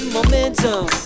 Momentum